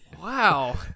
Wow